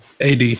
AD